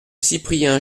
cyprien